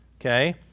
Okay